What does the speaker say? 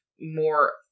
more